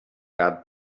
got